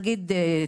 נניח,